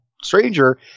stranger